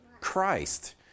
Christ